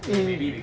mm